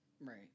Right